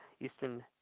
Eastern